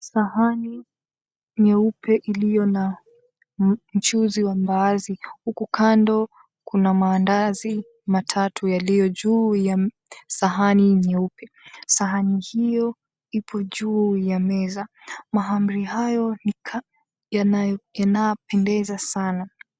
Sahani nyeupe iliyo na mchuzi wa mbaazi huku kando kuna maandazi matatu yaliyo juu ya sahani nyeupe. Sahani hiyo ipo juu ya meza, mahamri hayo yanapendeza sana.